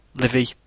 Livy